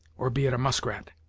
or be it a muskrat.